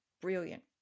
brilliant